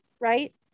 right